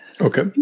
Okay